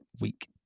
week